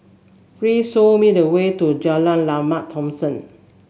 please show me the way to Jalan Lembah Thomson